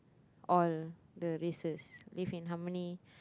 all the races live in harmony